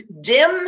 dim